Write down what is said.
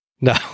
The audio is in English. No